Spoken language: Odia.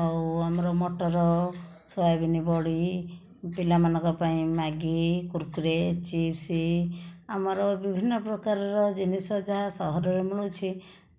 ଆଉ ଆମର ମଟର ସୋୟାବିନ ବଡ଼ି ପିଲା ମାନଙ୍କ ପାଇଁ ମ୍ୟାଗି କୁରକୁରେ ଚିପ୍ସ ଆମର ବିଭିନ୍ନ ପ୍ରକାରର ଜିନିଷ ଯାହା ସହରରେ ମିଳୁଛି